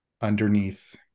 underneath